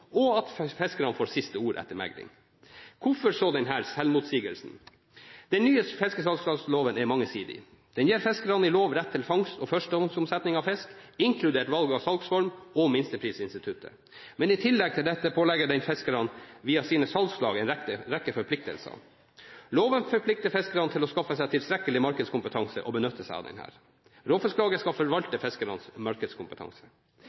prisfastsettelsen, og at fiskerne får siste ordet etter mekling. Hvorfor denne selvmotsigelsen? Den nye fiskesalgslagsloven er mangesidig. Den gir fiskerne i lov rett til fangst og førstehåndsomsetning av fisk, inkludert valg av salgsform, og minsteprisinstituttet. Men i tillegg til dette pålegger den fiskerne, via sine salgslag, en rekke forpliktelser. Loven forplikter fiskerne til å skaffe seg tilstrekkelig markedskompetanse og benytte seg av den. Råfisklaget skal forvalte fiskernes markedskompetanse.